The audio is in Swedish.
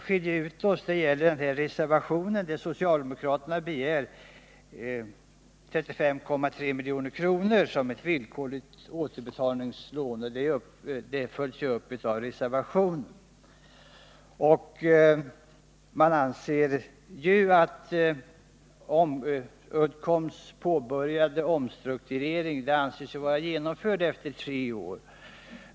Vad som däremot har skilt oss i våra uppfattningar är att socialdemokraterna i sin motion begärt 35 milj.kr. till Statsföretag med villkorlig återbetalningsskyldighet. Det kravet följs upp av reservationen. Man anser att Uddcombs påbörjade omstrukturering skall kunna vara genomförd efter tre år.